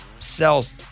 Sells